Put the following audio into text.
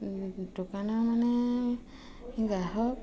দোকানৰ মানে গ্ৰাহক